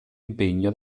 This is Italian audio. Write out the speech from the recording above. impegno